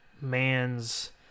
man's